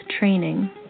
training